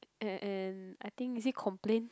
and and I think is it complain